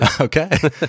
Okay